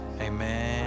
Amen